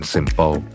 Simple